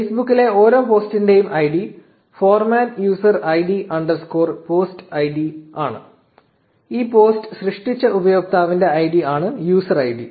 ഫെയ്സ്ബുക്കിലെ ഓരോ പോസ്റ്റിന്റെയും ID format user id underscore post id format user ID underscore post ID ആണ് ഈ post സൃഷ്ടിച്ച ഉപയോക്താവിന്റെ ഐഡി ആണ് യൂസർ ഐഡി